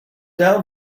down